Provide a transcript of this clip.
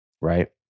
right